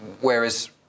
Whereas